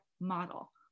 model